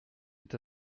est